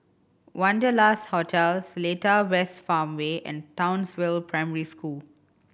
Wanderlust Hotel Seletar West Farmway and Townsville Primary School